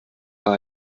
war